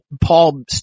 Paul